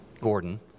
Gordon